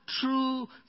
true